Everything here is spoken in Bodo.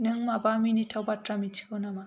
नों माबा मिनिथाव बाथ्रा मिथिगौ नामा